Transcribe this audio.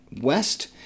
West